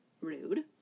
rude